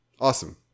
Awesome